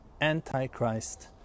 Antichrist